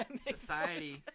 society